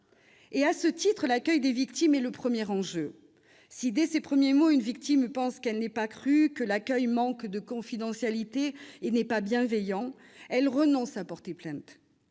». À ce titre, l'accueil des victimes est le premier enjeu. Si, dès ses premiers mots, une victime a le sentiment qu'elle n'est pas crue, que l'accueil manque de confidentialité et n'est pas bienveillant, elle renonce à porter plainte.